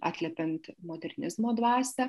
atliepiant modernizmo dvasią